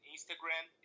Instagram